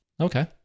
Okay